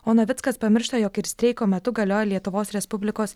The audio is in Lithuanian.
o navickas pamiršta jog ir streiko metu galioja lietuvos respublikos